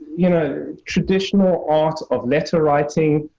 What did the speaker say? you know, traditional art of letter writing,